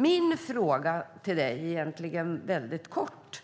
Min fråga till dig, Anders Andersson, är kort: